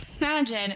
imagine